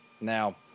Now